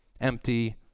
empty